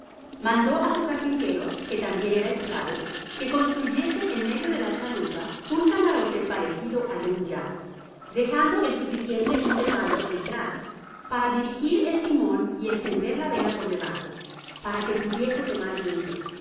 mandó á su carpintero que tambien era esclavo que construyese en medio de la chalupa un camarote parecido al de un yacht dejando el suficiente iotérvalo detrás para dirigir el timon y estender la vela por debajo para que pudiese tomar viento